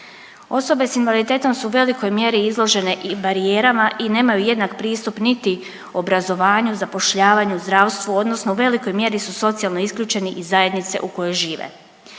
Osobe s invaliditetom su u velikoj mjeri izložene i barijerama i nemaju jednak pristup niti obrazovanju, zapošljavanju, zdravstvu odnosno u velikoj mjeri su socijalno isključeni iz zajednice u kojoj žive.